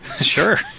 Sure